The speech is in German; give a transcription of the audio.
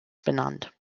benannt